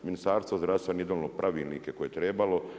Ministarstvo zdravstva nije donijelo pravilnika koje je trebalo.